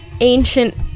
ancient